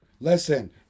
Listen